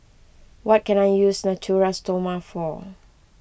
what can I use Natura Stoma for